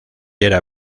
era